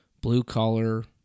blue-collar